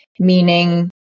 Meaning